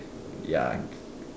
ya